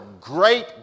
great